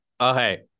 Okay